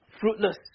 fruitless